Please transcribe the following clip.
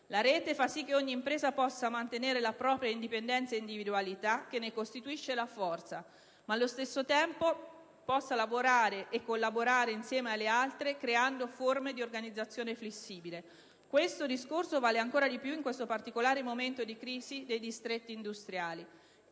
infatti fa sì che ogni impresa possa mantenere la propria indipendenza ed individualità, che ne costituisce la forza, ma allo stesso tempo possa lavorare e collaborare insieme alle altre creando forme di organizzazione flessibile. Questo discorso vale ancora di più in questo particolare momento di crisi dei distretti industriali.